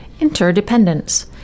Interdependence